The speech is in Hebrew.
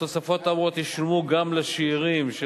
התוספות האמורות ישולמו גם לשאירים של